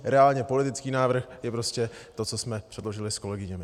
Reálně politický návrh je prostě to, co jsme předložili s kolegyní.